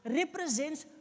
represents